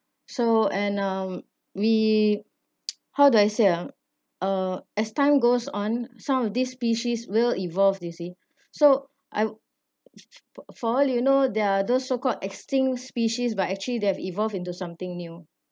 so and um we how do I say ah uh as time goes on some of these species will evolve you see so I for for all you know there are those so called extinct species but actually they have evolved into something new